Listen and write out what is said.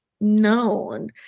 known